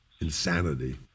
insanity